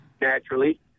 naturally